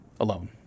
alone